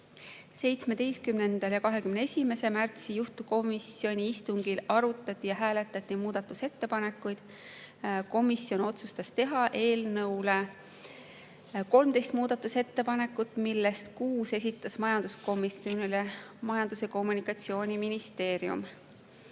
ja 21. märtsi juhtivkomisjoni istungil arutati ja hääletati muudatusettepanekuid. Komisjon otsustas teha eelnõu kohta 13 muudatusettepanekut, millest kuus esitas majanduskomisjonile Majandus- ja Kommunikatsiooniministeerium. Menetluslikud